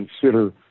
consider